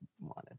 wanted